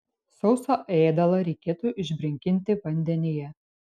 sausą ėdalą reikėtų išbrinkinti vandenyje